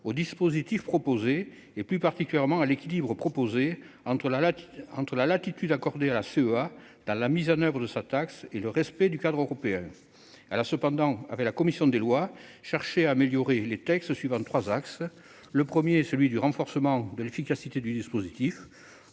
au dispositif proposé, plus particulièrement à l'équilibre proposé entre la latitude accordée à la CEA dans la mise en oeuvre de sa taxe et le respect du cadre européen. Cependant, avec la commission des lois, elle a cherché à améliorer les textes suivant trois axes. Le premier axe est celui du renforcement de l'efficacité du dispositif,